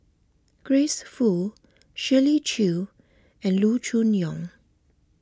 Grace Fu Shirley Chew and Loo Choon Yong